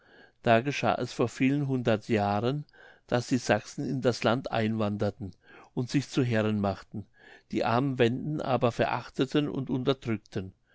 da geschah es vor vielen hundert jahren daß die sachsen in das land einwanderten und sich zu herren machten die armen wenden aber verachteten und unterdrückten